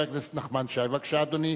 הכנסת נחמן שי, בבקשה, אדוני.